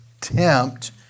tempt